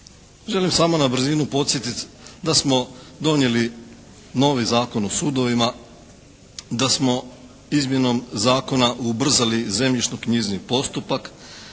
Želim samo na brzinu podsjetiti da smo donijeli novi Zakon o sudovima, da smo izmjenom zakona ubrzali zemljišno-knjižni postupak,